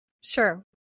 Sure